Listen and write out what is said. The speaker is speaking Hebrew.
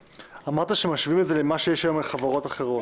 אמרת שמשווים את זה למה שיש היום לחברות אחרות.